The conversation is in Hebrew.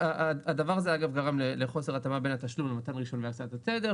הדבר הזה גרם לחוסר התאמה בין התשלום למתן הרישיון להקצאת התדר,